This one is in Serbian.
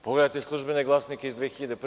Pogledajte „Službene glasnike“ iz 2001. godine.